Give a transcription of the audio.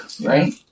right